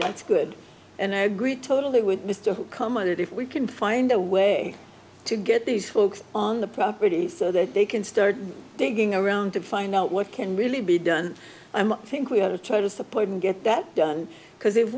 that's good and i agree totally with mr come on it if we can find a way to get these folks on the property so that they can start digging around to find out what can really be done think we have to try to support and get that done because if